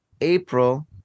April